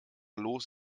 los